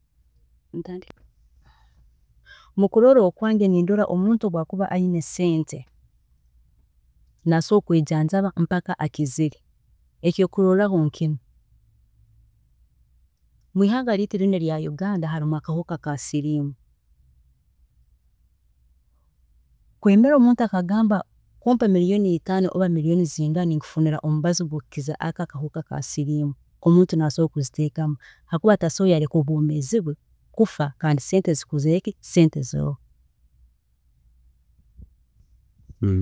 Mukurola okwange, nindora omuntu obu akuba ayine sente, nasobola kwejanjaba paka akizire ekyokurorraho nki, mwihanga ryeitu erya uganda harumu akahuka aka siriimu, kweyongera omuntu akagamba kumpa million itaano oba million zingahaninkufunira omubazi gwa siriimu, omuntu asobola kuziteekamu hakuba tasobola kwiikiriza kufwa kandi sente zikozireki, kandi sente ziroho